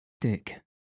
Dick